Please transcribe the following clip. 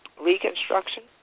Reconstruction